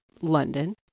London